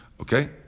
okay